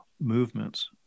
movements